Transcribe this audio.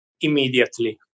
immediately